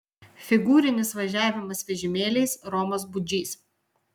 figūrinis važiavimas vežimėliais romas budžys